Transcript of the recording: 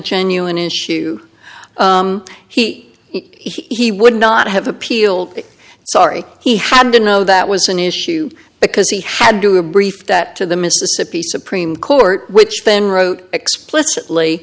genuine issue he he would not have appealed it sorry he had to know that was an issue because he had do a brief that to the mississippi supreme court which then wrote explicitly